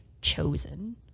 chosen